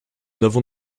n’avons